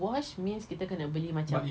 wash means kita kena beli macam